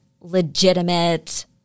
legitimate